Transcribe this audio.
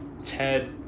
Ted